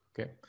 Okay